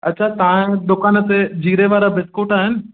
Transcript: अच्छा तव्हांजे दुकान ते जीरे वारा बिस्कूट आहिनि